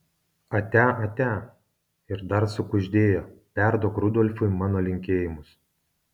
atia atia ir dar sukuždėjo perduok rudolfui mano linkėjimus